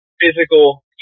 physical